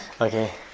Okay